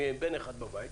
עם בן אחד בבית,